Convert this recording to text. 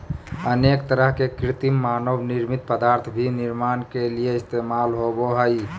अनेक तरह के कृत्रिम मानव निर्मित पदार्थ भी निर्माण के लिये इस्तेमाल होबो हइ